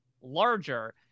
larger